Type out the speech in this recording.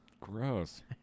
Gross